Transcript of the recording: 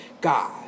God